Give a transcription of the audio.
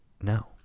No